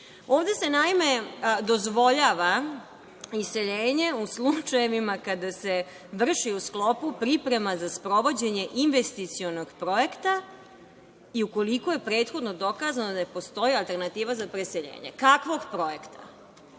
se, naime dozvoljava iseljenje u slučajevima kada se vrši u sklopu priprema za sprovođenje investicionog projekta i ukoliko je prethodno dokazano da postoji alternativa za preseljenje. Kakvog projekta?